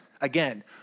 Again